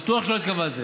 בטוח שלא התכוונתם.